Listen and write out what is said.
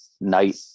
night